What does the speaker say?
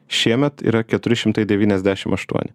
šiemet yra keturi šimtai devyniasdešim aštuoni